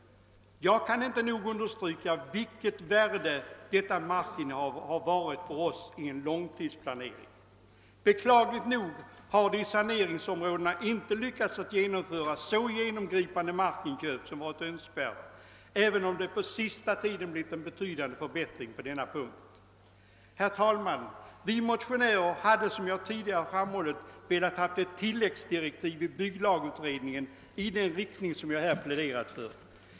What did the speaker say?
Jag kan inte nog understryka värdet av detta markinnehav för oss i en långtidsplanering. Beklagligt nog har vi i saneringsområdena inte lyckats genomföra så genomgripande markinköp som <:varit önskvärda, även om det på sista tiden blivit en betydande förbättring på denna punkt. Herr talman! Vi motionärer hade som jag tidigare framhållit önskat ett tillläggsdirektiv i bygglagutredningen i den riktning som jag här pläderat för.